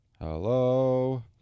Hello